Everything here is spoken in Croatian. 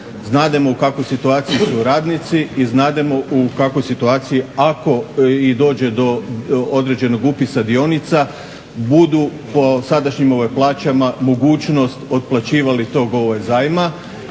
Znademo u kakvoj situaciji su radnici i znademo u kakvoj situaciji ako i dođe do određenog upisa dionica budu po sadašnjim plaćama mogućnost otplaćivali tog zajma.